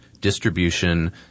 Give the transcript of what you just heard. distribution